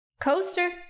Coaster